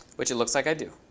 which it looks like i do.